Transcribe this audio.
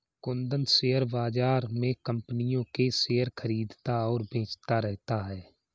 Kundan share बाज़ार में कम्पनियों के शेयर खरीदता और बेचता रहता है